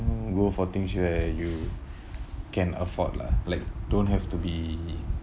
go for things you where you can afford lah like don't have to be